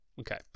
Okay